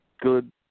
good